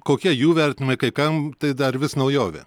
kokie jų vertinimai kai kam tai dar vis naujovė